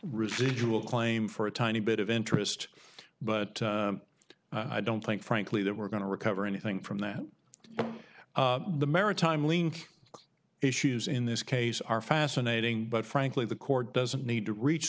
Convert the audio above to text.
residual claim for a tiny bit of interest but i don't think frankly that we're going to recover anything from that the maritime link issues in this case are fascinating but frankly the court doesn't need to reach